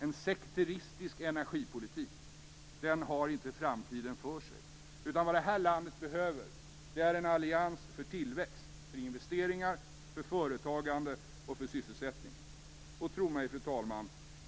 En sekteristisk energipolitik har inte framtiden för sig. Vårt land behöver en allians för tillväxt - för investeringar, företagande och sysselsättning. Tro mig, fru talman.